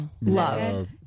love